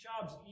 Job's